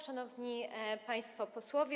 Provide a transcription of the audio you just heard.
Szanowni Państwo Posłowie!